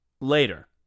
later